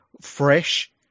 fresh